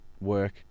work